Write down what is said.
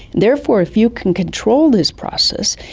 therefore if you can control this process,